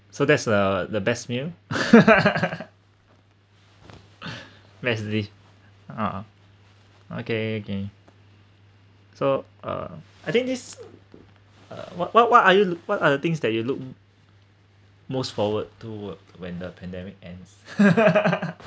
so that's the the best meal ah okay kay so uh I think this uh what what what are you what are the things that you look most forward to work when the pandemic ends